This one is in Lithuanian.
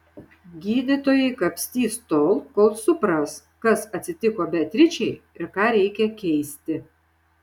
gydytojai kapstys tol kol supras kas atsitiko beatričei ir ką reikia keisti